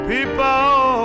People